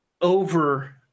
over